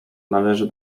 należy